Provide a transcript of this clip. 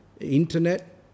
internet